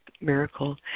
miracle